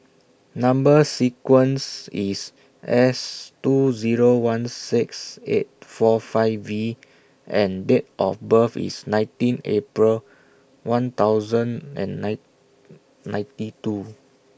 Number sequence IS S two Zero one six eight four five V and Date of birth IS nineteen April one thousand and nine ninety two